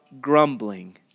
grumbling